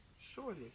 Surely